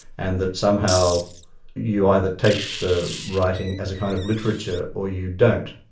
and that somehow you either take the writing as a kind of literature or you don't.